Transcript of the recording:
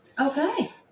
Okay